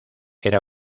era